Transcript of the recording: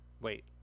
Wait